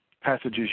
passages